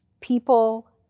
People